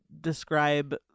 describe